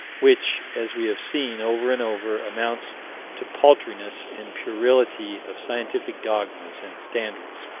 which, as we have seen over and over, amounts to paltriness and puerility of scientific dogmas and standards.